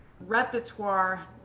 repertoire